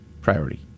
priority